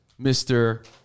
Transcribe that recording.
Mr